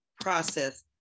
process